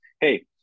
hey